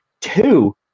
Two